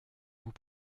vous